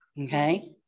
okay